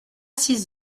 six